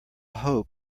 hope